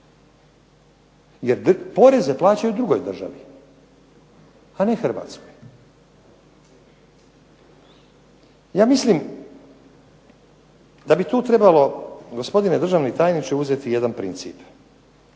jer poreze plaćaju drugoj državi, a ne Hrvatskoj. Ja mislim da bi tu trebalo gospodine državni tajniče uzeti jedan princip.